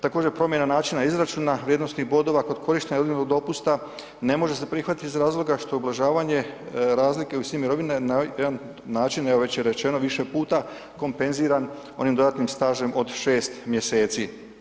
Također promjena načina izračuna vrijednosnih bodova kod korištenja rodiljnog dopusta ne može se prihvatiti iz razloga što ublažavanje razlike visine mirovine na jedan način, evo već je rečeno više puta, kompenziran onim dodatnim stažem od 6 mjeseci.